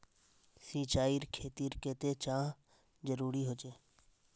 सिंचाईर खेतिर केते चाँह जरुरी होचे?